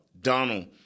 Donald